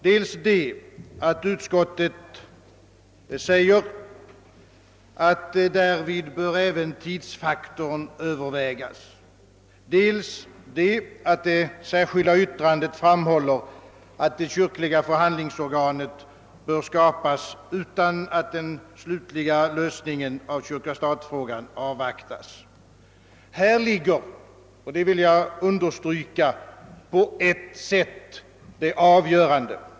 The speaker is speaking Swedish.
Det är dels när utskottet säger att därvid »bör även tidsfaktorn övervägas», dels när det i det särskilda yttrandet framhålls att »förhandlingsorganet bör skapas utan att den slutliga lösningen av kyrka—stat-frågan avvaktas». Här ligger — och det vill jag understryka — på ett sätt det avgörande.